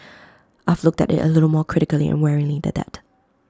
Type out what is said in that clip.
I've looked at IT A little more critically and warily than that